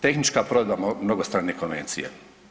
Tehnička provedba mnogostrane konvencije.